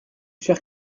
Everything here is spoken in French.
chers